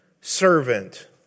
servant